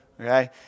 okay